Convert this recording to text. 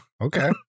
Okay